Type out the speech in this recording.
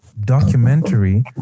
documentary